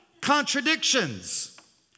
contradictions